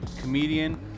comedian